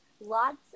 lots